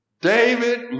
David